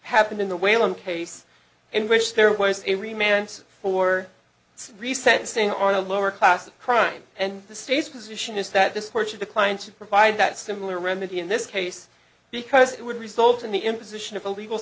happened in the whalen case in which there was every man's for reset and staying on a lower class of crime and the state's position is that this fortune declined to provide that similar remedy in this case because it would result in the imposition of a legal